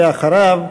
ואחריו,